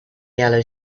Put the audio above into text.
yellow